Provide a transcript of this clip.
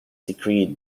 decreed